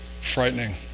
frightening